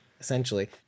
essentially